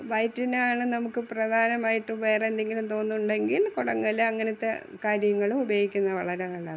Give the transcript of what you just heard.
വയറ്റിനാണ് നമുക്കു പ്രധാനമായിട്ടും വേറേന്തെങ്കിലും തോന്നുന്നുണ്ടെങ്കിൽ കുടങ്ങൽ അങ്ങനത്തെ കാര്യങ്ങൾ ഉപയോഗിക്കുന്നതു വളരെ നല്ലതാണ്